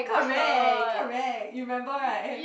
correct correct you remember right